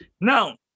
Now